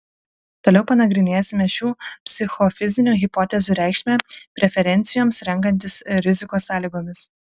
toliau panagrinėsime šių psichofizinių hipotezių reikšmę preferencijoms renkantis rizikos sąlygomis